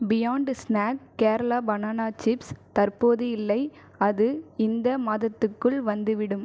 beyond Snack Kerala banana chips தற்போது இல்லை அது இந்த மாதத்துக்குள் வந்துவிடும்